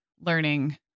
learning